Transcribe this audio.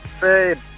babe